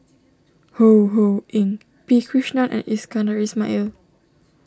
Ho Ho Ying P Krishnan and Iskandar Ismail